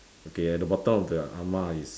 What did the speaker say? okay at the bottom of the ah-ma is